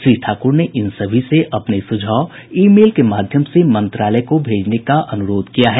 श्री ठाकुर ने इन सभी से अपने सुझाव ई मेल के माध्यम से मंत्रालय को भेजने का आग्रह किया है